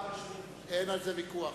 אין על זה ויכוח.